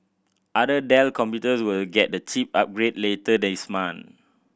other Dell computers will get the chip upgrade later this month